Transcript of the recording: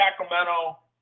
Sacramento